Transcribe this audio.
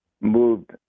moved